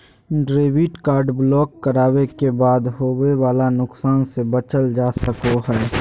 debit card block करावे के बाद होवे वाला नुकसान से बचल जा सको हय